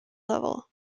level